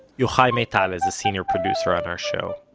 yochai maital is a senior producer on our show.